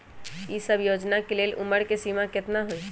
ई सब योजना के लेल उमर के सीमा केतना हई?